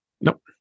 Nope